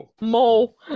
mole